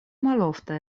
malofta